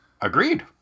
Agreed